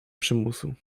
przymusu